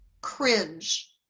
cringe